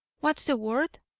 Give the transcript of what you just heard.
what's the word?